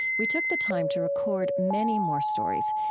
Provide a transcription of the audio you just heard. we took the time to record many more stories,